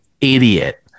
idiot